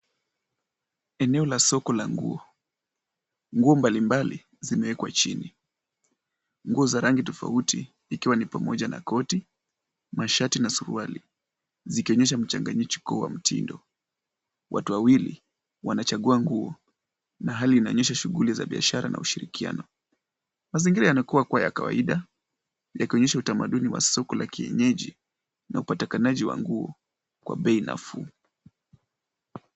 Eneo la soko la nguo. Nguo mbalimbali zimewekwa chini. Nguo za rangi tofauti ikiwa ni pamoja na koti, mashati na suruali zikionyesha mchanganyiko wa mtindo. Watu wawili wanachagua nguo na hali inaonyesha shughuli za biashara na ushirikiano. Mazingira yanakaa kuwa ya kawaida yakionyesha utamaduni wa soko la kienyeji na upatikanaji wa nguo kwa bei nafuu.